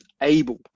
able